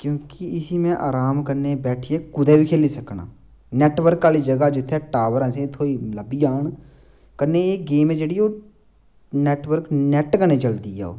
क्योंकि इसी में अराम कन्नै बैठियै कुतै बी खेली सकनां नेटवर्क आह्ली जगह जित्थें टावर असेंगी थ्होई लब्भी जान कन्नै एह् गेम ऐ जेह्ड़ी ओह् नेटवर्क नेट कन्नै चलदी ऐ ओह्